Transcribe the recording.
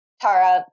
Tara